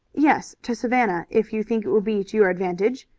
yes, to savannah, if you think it will be to your advantage,